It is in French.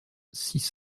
six